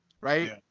right